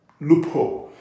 loophole